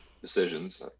decisions